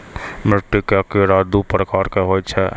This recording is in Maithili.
मिट्टी के कीड़ा दू प्रकार के होय छै